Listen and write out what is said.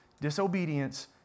disobedience